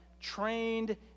Trained